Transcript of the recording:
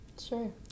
Sure